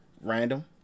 random